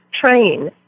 train